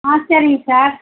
ஆ சரிங்க சார்